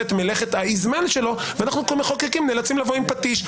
את מלאכתו ואנחנו המחוקקים נאלצים לבוא עם פטיש.